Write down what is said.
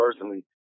personally